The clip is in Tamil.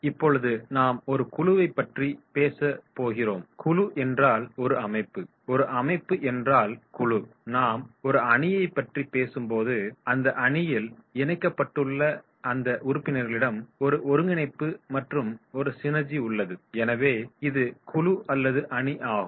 இப்பொழுது நாம் ஒரு குழுவை பற்றி பேச போகிறோம் குழு என்றால் ஒரு அமைப்பு ஒரு அமைப்பு என்றால் குழு நாம் ஒரு அணியைப் பற்றி பேசும்போது அந்த அணியில் இணைக்கப்பட்டுள்ள அந்த உறுப்பினரிகளிடம் ஒரு ஒருங்கிணைப்பு மற்றும் ஒரு சினெர்ஜி உள்ளது எனவே இது குழு அல்லது அணி ஆகும்